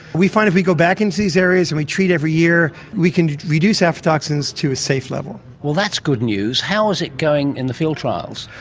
we find if we go back into these areas and we treat every year, we can reduce aflatoxins to a safe level. that's good news. how is it going in the field trials?